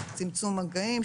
צמצום מגעים,